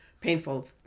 painful